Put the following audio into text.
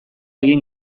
egin